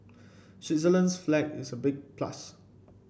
Switzerland's flag is a big plus